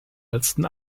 letzten